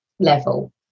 level